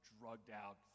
drugged-out